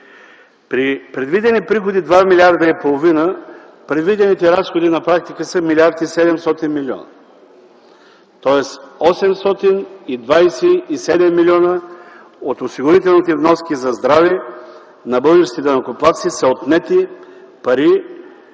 При предвидени приходи 2,5 милиарда, предвидените разходи на практика са 1 млрд. 700 млн. лв., тоест 827 млн. лв. от осигурителните вноски за здраве на българските данъкоплатци са отнети пари.